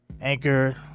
Anchor